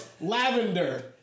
Lavender